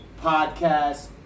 podcast